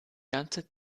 ganze